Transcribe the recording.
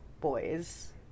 boys